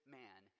man